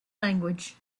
language